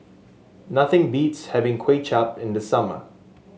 nothing beats having Kway Chap in the summer